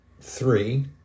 three